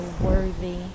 worthy